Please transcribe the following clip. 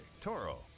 toro